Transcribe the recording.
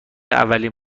اولین